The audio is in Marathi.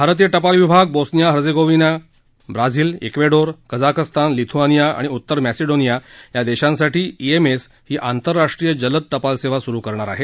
भारतीय टपाल विभाग Bosnia Herzegovina Brazil Ecuador Kazakhstan Lithuania आणि उत्तर मॅसेडोनिया या देशांसाठी ई एम एस ही आंतरराष्ट्रीय जलद टपाल सेवा सुरु करणार आहे